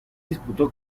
disputó